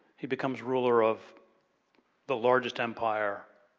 he becomes ruler of the largest empire